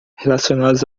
relacionadas